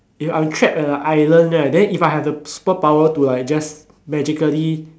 if I am trapped at an island right then if I have the super power to like just magically